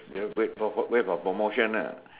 you know wait wait for promotion ah